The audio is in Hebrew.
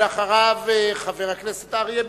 ואחריו, חבר הכנסת אריה ביבי.